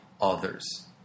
others